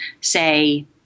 say